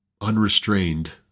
unrestrained